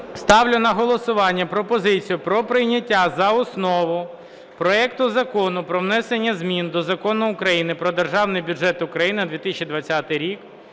Ставлю на голосування пропозицію про прийняття за основу проект Закону про внесення змін до Закону України "Про Державний бюджет України на 2020 рік"